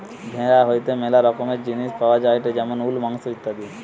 ভেড়া হইতে ম্যালা রকমের জিনিস পাওয়া যায়টে যেমন উল, মাংস ইত্যাদি